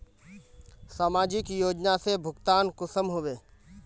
समाजिक योजना से भुगतान कुंसम होबे?